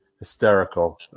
Hysterical